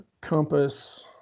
compass